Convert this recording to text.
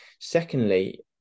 secondly